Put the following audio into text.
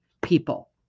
people